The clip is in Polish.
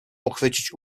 pochwycić